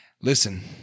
Listen